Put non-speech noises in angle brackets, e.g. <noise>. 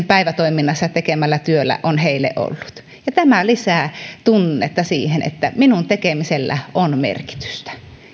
<unintelligible> päivätoiminnassa tekemällä työllä on heille ollut tämä lisää tunnetta siihen että minun tekemiselläni on merkitystä